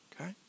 Okay